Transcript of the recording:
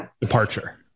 departure